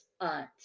aunt